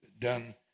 done